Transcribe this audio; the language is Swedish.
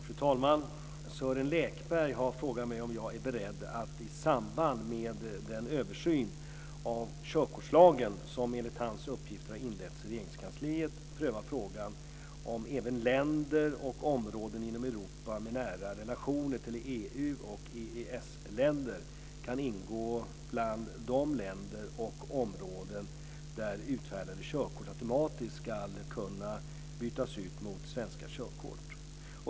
Fru talman! Sören Lekberg har frågat mig om jag är beredd att i samband med den översyn av körkortslagen, som enligt hans uppgifter har inletts i Regeringskansliet, pröva frågan om även länder och områden inom Europa med nära relationer till EU och EES-länder kan ingå bland de länder och områden där utfärdade körkort automatiskt ska kunna bytas ut mot svenska körkort.